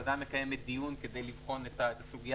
הוועדה מקיימת דיון כדי לבחון את הסוגיה